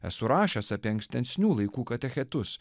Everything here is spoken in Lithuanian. esu rašęs apie ankstensnių laikų katechetus